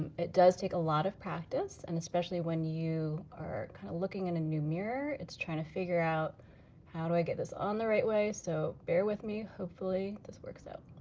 it does take a lot of practice, and especially when you are kind of looking in a new mirror and trying to figure out how do i get this on the right way, so bear with me, hopefully this works out.